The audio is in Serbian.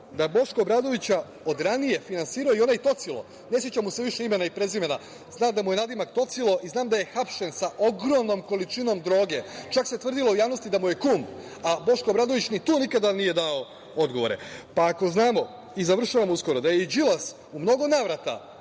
da je Boška Obradovića od ranije finansirao i onaj tocilo, ne sećam mu se više imena i prezimena, znam da mu je nadimak tocilo i znam da je hapšen sa ogromnom količinom droge, čak se tvrdilo u javnosti da mu je kum, a Boško Obradović ni na to nije nikada dao odgovore. Završavam uskoro. Ako znamo da je i Đilas u mnogo navrata